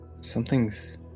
Something's